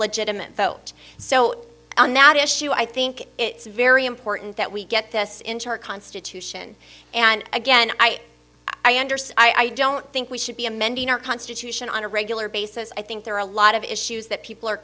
legitimate felt so on that issue i think it's very important that we get this into our constitution and again i i understand i don't think we should be amending our constitution on a regular basis i think there are a lot of issues that people are